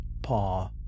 paw